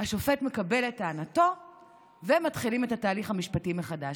השופט מקבל את טענתו ומתחילים את התהליך המשפטי מחדש.